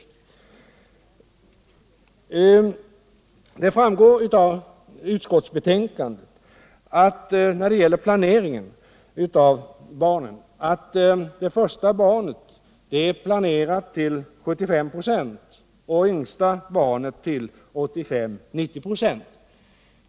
När det gäller planering av barnantalet framgår av utskottsbetänkandet att det första barnet är planerat till 75 96 och det yngsta till 85-90 96.